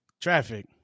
Traffic